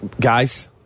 Guys